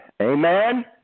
amen